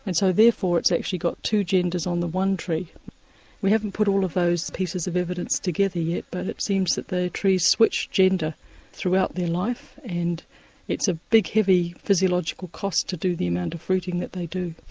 and so therefore it's actually got two genders on the one tree but we haven't put all of those pieces of evidence together yet but it seems that the trees switched gender throughout their life and it's a big heavy physiological cost to do the amount of fruiting that they do.